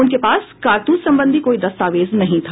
उनके पास कारतूस संबंधी कोई दस्तावेज नहीं था